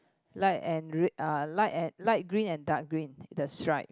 light and re~ uh light and light green and dark green the stripe